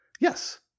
Yes